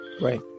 Right